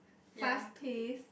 fast pace